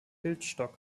bildstock